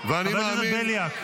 חבר הכנסת בליאק.